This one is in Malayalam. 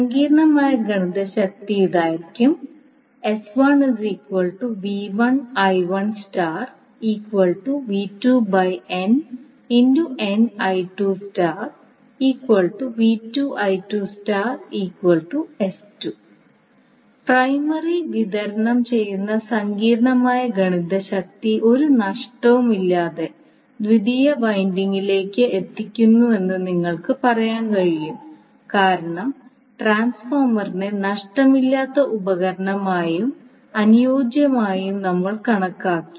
സങ്കീർണ്ണമായ ഗണിതശക്തി ഇതായിരിക്കും പ്രൈമറി വിതരണം ചെയ്യുന്ന സങ്കീർണ്ണമായ ഗണിതശക്തി ഒരു നഷ്ടവുമില്ലാതെ ദ്വിതീയ വൈൻഡിംഗിലേക്ക് എത്തിക്കുന്നുവെന്ന് നിങ്ങൾക്ക് പറയാൻ കഴിയും കാരണം ട്രാൻസ്ഫോർമറിനെ നഷ്ടമില്ലാത്ത ഉപകരണമായും അനുയോജ്യമായും നമ്മൾ കണക്കാക്കി